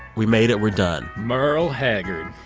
we made it. we're done merle haggard